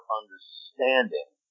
understanding